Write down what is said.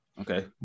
Okay